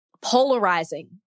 polarizing